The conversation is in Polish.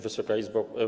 Wysoka Izbo!